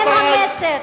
רבותי,